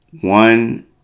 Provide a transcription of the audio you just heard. one